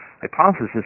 Hypothesis